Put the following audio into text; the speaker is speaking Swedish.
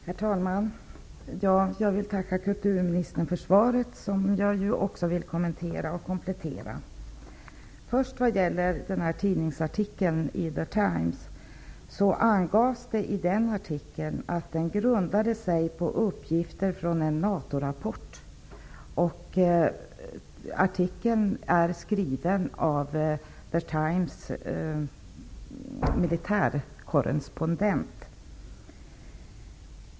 Herr talman! Jag vill tacka kulturministern för svaret, som jag vill kommentera och komplettera. Vad först gäller tidningsartikeln i The Times angavs det i denna att den grundade sig på uppgifter från en NATO-rapport. Artikeln är skriven av The Times militärkorrespondent.